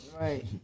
right